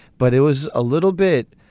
but it was a little bit